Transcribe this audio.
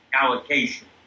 allocation